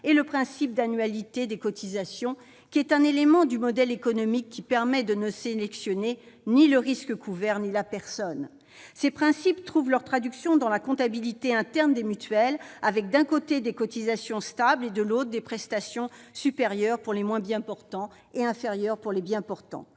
Le principe d'annualité des cotisations est en outre un élément du modèle économique permettant de ne sélectionner ni le risque couvert ni la personne. Ces principes trouvent leur traduction dans la comptabilité interne des mutuelles avec, d'un côté, des cotisations stables, et, de l'autre, des prestations qui sont supérieures pour les moins bien-portants et, au contraire, inférieures pour les bien-portants.